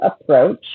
approach